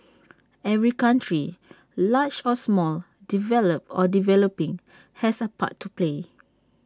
every country large or small developed or developing has A part to play